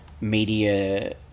media